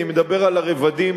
אני מדבר על הרבדים,